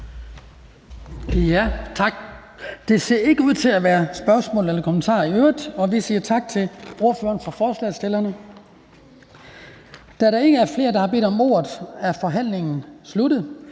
Tak. Der ser ikke ud til at være spørgsmål eller kommentarer i øvrigt. Vi siger tak til forslagsstilleren. Da der ikke er flere, der har bedt om ordet, er forhandlingen sluttet.